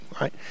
right